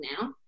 now